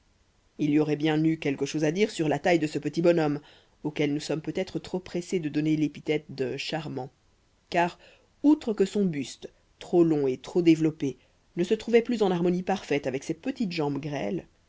il y aurait bien eu quelque chose à dire sur la taille de ce petit bonhomme auquel nous sommes peut-être trop pressé de donner l'épithète de charmant car outre que son buste trop long et trop développé ne se trouvait plus en harmonie parfaite avec ses petites jambes grêles